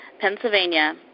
Pennsylvania